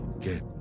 get